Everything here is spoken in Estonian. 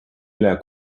üle